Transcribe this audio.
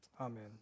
Amen